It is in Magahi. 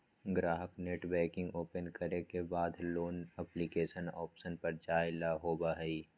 ग्राहक नेटबैंकिंग ओपन करे के बाद लोन एप्लीकेशन ऑप्शन पर जाय ला होबा हई